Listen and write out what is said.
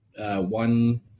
one